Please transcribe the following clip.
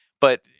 But-